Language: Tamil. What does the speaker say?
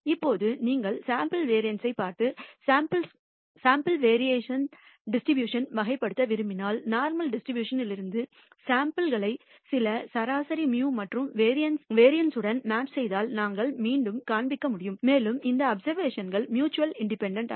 இப்போது நீங்கள் சாம்பிள் வேரியன்ஸ் பார்த்து சாம்பிள் வேரியன்ஸ் டிஸ்ட்ரிபியூஷன் ஐ வகைப்படுத்த விரும்பினால் நோர்மல் டிஸ்ட்ரிபியூஷன் லிருந்து சாம்பிள் களை சில சராசரி μ மற்றும் வேரியன்ஸ் σ2 உடன் மேப் செய்தல் நாங்கள் மீண்டும் காண்பிக்க முடியும் மேலும் இந்த அப்சர்வேஷன்கள் மிச்சுவல் இண்டிபெண்டன்ட்